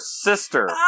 sister